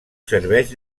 serveix